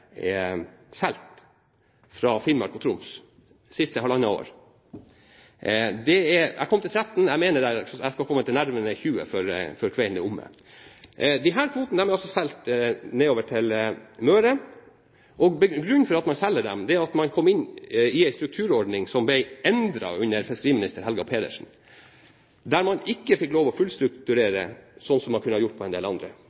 fra Finnmark og Troms siste halvannet år. Jeg kom til 13. Jeg mener jeg skal komme til nærmere 20 før kvelden er omme. Disse kvotene er også solgt nedover til Møre. Grunnen til at man selger dem, er at man har fått en strukturordning, som ble endret under tidligere fiskeriminister Helga Pedersen, der man ikke får lov til å fullstrukturere, slik som man kunne ha gjort med en del andre.